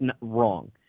wrong